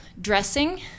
dressing